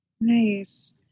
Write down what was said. Nice